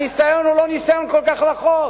הניסיון הוא לא ניסיון כל כך רחוק.